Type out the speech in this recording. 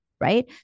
Right